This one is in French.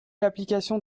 l’application